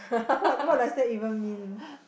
what what does that even mean